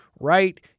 right